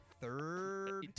third